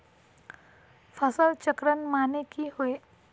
फसल चक्रण माने की होय?